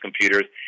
computers